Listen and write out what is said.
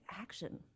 action